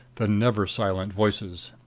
the never-silent voices.